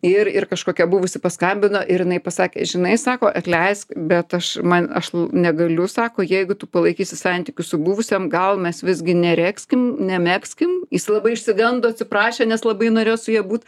ir ir kažkokia buvusi paskambino ir jinai pasakė žinai sako atleisk bet aš man aš negaliu sako jeigu tu palaikysi santykius su buvusiom gal mes visgi neregzkim nemegzkim jis labai išsigando atsiprašė nes labai norėjo su ja būt